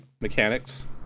mechanics